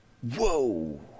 Whoa